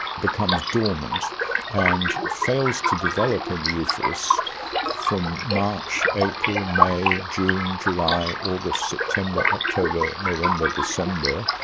becomes dormant and fails to develop in the uterus from march, april, may, june, july, august, september, october, november, december.